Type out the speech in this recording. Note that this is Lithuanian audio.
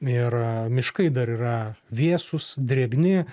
ir miškai dar yra vėsūs drėgni